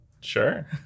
Sure